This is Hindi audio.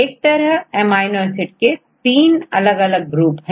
एक तरह अमीनो एसिड के 3 अलग अलग ग्रुप है